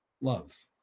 love